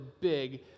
big